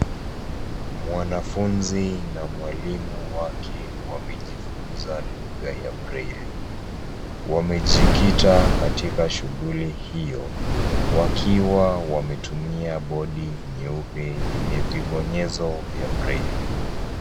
Mwanafunzi na mwalimu wake waejifunza lugha ya breli. Wamejikita katika shughuli hiyo wakiwa wanatumia bodi nyeupe yenye vibonyezo vya breli.